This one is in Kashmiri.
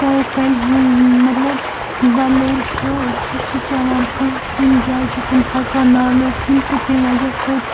چاہے کۄلہِ ہٕنٛد مطلب وَلُر چھُ سُہ چھِ چٮ۪وان کانٛہہ کُنہِ جایہِ چھِ تٕم پَکان نالیو کِنۍ تہٕ تمہِ وَجہ سۭتۍ